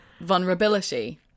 vulnerability